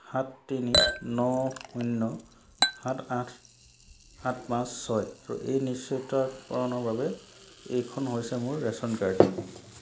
সাত তিনি ন শূন্য সাত আঠ সাত পাঁচ ছয় আৰু নিশ্চিতকৰণৰ বাবে এইখন হৈছে মোৰ ৰেচন কাৰ্ড